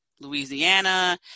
Louisiana